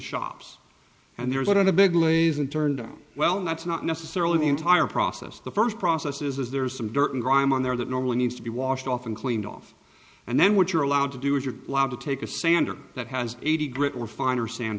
shops and there's not a big laysan turned out well that's not necessarily the entire process the first process is there's some dirt and grime on there that normally needs to be washed off and cleaned off and then what you're allowed to do is you're allowed to take a sander that has eighty grit or finer san